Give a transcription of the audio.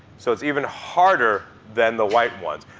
so it's even harder than the white ones.